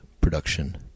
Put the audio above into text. production